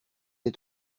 des